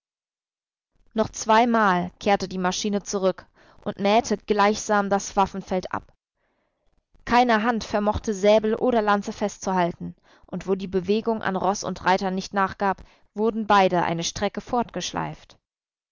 noch zweimal kehrte die maschine zurück und mähte gleichsam das waffenfeld ab keine hand vermochte säbel oder lanze festzuhalten und wo die befestigung an roß und reiter nicht nachgab wurden beide eine strecke